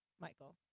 Michael